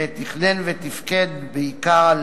ותכנן ופיקד בעיקר על,